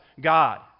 God